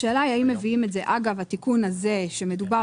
השאלה היא האם מביאים את זה אגב התיקון הזה שמדובר